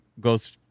goes